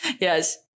yes